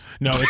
No